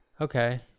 Okay